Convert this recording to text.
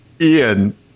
Ian